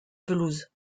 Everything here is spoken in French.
pelouse